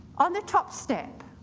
on the top step,